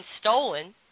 stolen